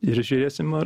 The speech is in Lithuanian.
ir žiūrėsim ar